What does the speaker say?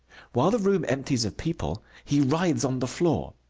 while the room empties of people he writhes on the floor.